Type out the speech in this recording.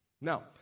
Now